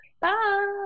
Bye